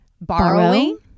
borrowing